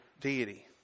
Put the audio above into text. deity